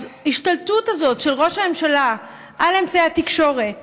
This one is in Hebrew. אז ההשתלטות הזאת של ראש הממשלה על אמצעי התקשורת